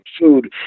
food